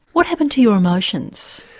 what happened to your emotions,